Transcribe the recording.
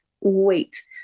wait